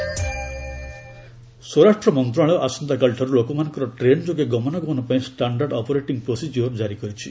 MHA SOP ସ୍ୱରାଷ୍ଟ୍ର ମନ୍ତ୍ରଣାଳୟ ଆସନ୍ତାକାଲିଠାରୁ ଲୋକମାନଙ୍କର ଟ୍ରେନ୍ ଯୋଗେ ଗମନାଗମନ ପାଇଁ ଷ୍ଟାଶ୍ଡାର୍ଡ୍ ଅପରେଟିଂ ପ୍ରୋସିଜିଓର ଜାରି କରିଛି